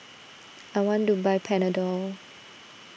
I want to buy Panadol